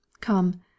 Come